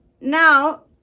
Now